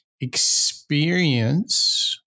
experience